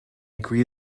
agree